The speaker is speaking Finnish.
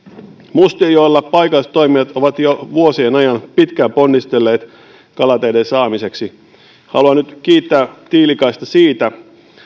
mustionjoella paikalliset toimijat ovat jo vuosien ajan pitkään ponnistelleet kalateiden saamiseksi haluan nyt kiittää tiilikaista siitä